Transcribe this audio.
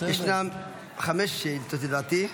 ישנן חמש שאילתות, לדעתי.